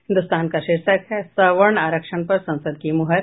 हिन्दुस्तान का शीर्षक है सवर्ण आरक्षण पर संसद की मुहर